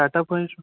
Tata Panch